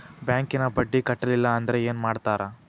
ಬ್ಯಾಂಕಿನ ಬಡ್ಡಿ ಕಟ್ಟಲಿಲ್ಲ ಅಂದ್ರೆ ಏನ್ ಮಾಡ್ತಾರ?